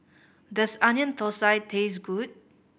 does Onion Thosai taste good